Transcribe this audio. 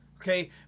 Okay